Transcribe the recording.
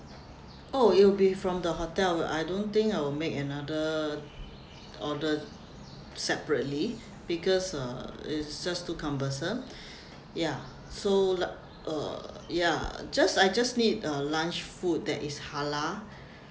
oh it will be from the hotel I don't think I'll make another order separately because uh it's just too cumbersome ya so like err ya just I just need a lunch food that is halal